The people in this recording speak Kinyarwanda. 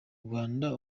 rwanda